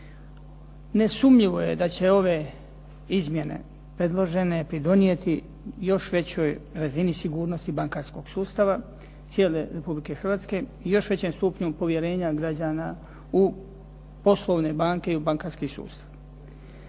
Nesumnjivo je da će ove izmjene predložene pridonijeti još višoj razini bankarskog sustava, cijele Republike Hrvatske i još većem stupnju povjerenja građana u poslovne banke i u bankarski sustav.